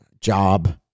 job